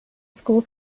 school